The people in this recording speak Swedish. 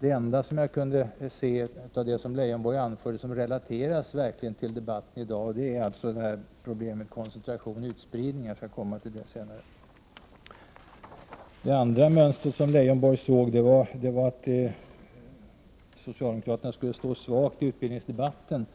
Det enda som Lars Leijonborg sade som verkligen kan relateras till debatten i dag gäller problemet med koncentration och utspridning. Jag skall återkomma till det senare. Det andra mönstret som Lars Leijonborg såg var att socialdemokraterna skulle stå svaga i utbildningsdebatten.